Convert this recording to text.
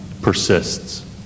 persists